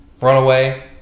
Runaway